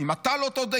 אם אתה לא תודה,